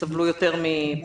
שסבלו יותר מפיטורים?